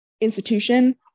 institution